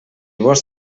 vols